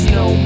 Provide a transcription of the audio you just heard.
no